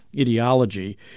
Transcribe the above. Ideology